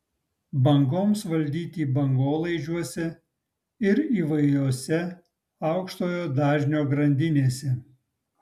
bangoms valdyti bangolaidžiuose ir įvairiose aukštojo dažnio grandinėse